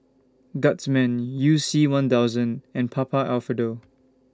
Guardsman YOU C one thousand and Papa Alfredo